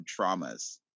traumas